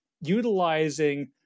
utilizing